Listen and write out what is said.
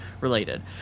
related